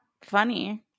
funny